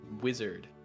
wizard